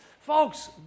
Folks